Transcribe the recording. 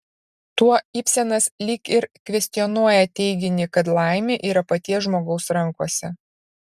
tuo ibsenas lyg ir kvestionuoja teiginį kad laimė yra paties žmogaus rankose